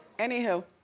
anyhow.